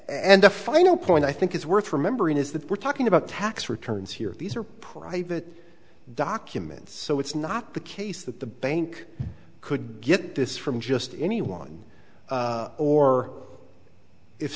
and the final point i think is worth remembering is that we're talking about tax returns here these are private documents so it's not the case that the bank could get this from just anyone or if